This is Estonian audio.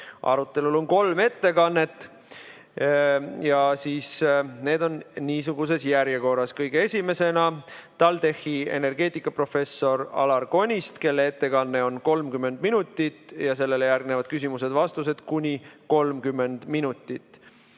Arutelul on kolm ettekannet ja need on niisuguses järjekorras. Kõige esimesena esineb TalTechi energeetikaprofessor Alar Konist, kelle ettekanne on kuni 30 minutit. Sellele järgnevad küsimused-vastused, ka kuni 30 minutit.